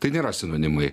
tai nėra sinonimai